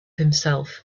himself